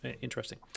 interesting